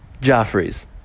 joffrey's